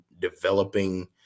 developing